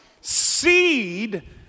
Seed